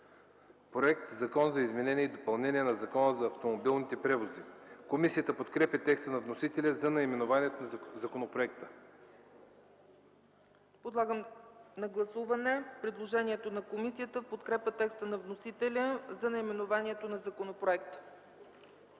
Проект на „Закон за изменение и допълнение на Закона за автомобилните превози”. Комисията подкрепя текста на вносителя за наименованието на законопроекта. ПРЕДСЕДАТЕЛ ЦЕЦКА ЦАЧЕВА: Подлагам на гласуване предложението на комисията в подкрепа текста на вносителя за наименованието на законопроекта.